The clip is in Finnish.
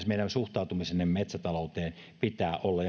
meidän suhtautumisemme metsätalouteen ja metsienkäyttöön pitää olla